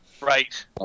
Right